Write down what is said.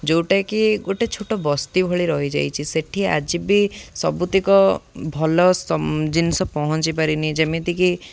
ଯେଉଁଟାକି ଗୋଟେ ଛୋଟ ବସ୍ତି ଭଳି ରହିଯାଇଛି ସେଠି ଆଜି ବି ସବୁତିକ ଭଲ ଜିନିଷ ପହଞ୍ଚି ପାରିନି ଯେମିତିକି